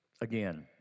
Again